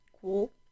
cool